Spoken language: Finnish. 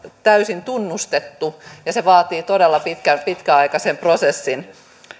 täysin tunnustettu ja se vaatii todella pitkäaikaisen prosessin